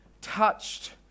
touched